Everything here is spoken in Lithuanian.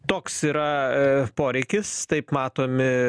toks yra poreikis taip matomi